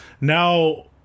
now